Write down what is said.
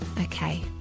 Okay